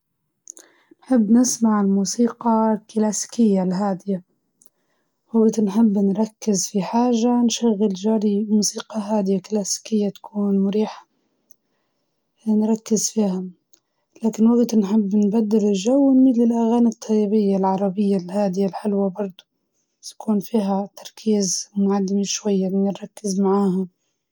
أحب الأغاني الهادية اللي فيها كلمات جميلة ومعبرة، ومرات بعد نسمع الأغاني انحس بطاقة إيجابية، ومرات تسمع أغاني حماسية، كلها على حسب الجو.